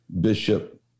Bishop